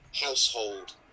household